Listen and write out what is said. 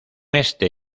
este